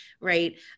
right